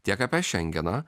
tiek apie šengeną